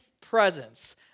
presence